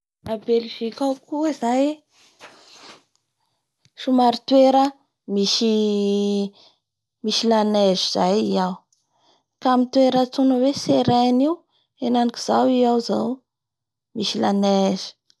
A belzika ao koa zay somary toera misy-misy la neige zay i ao fa amin'ny toera atao hoe Sereine io henanaiky zao i ao zay misy la neige fe misy avao koa gnagny zavo, manjavonjavo.